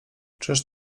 czyż